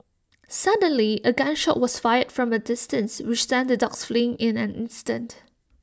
suddenly A gun shot was fired from A distance which sent the dogs fleeing in an instant